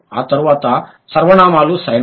ఆ తరువాత సర్వనామాలు సరేనా